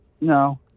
no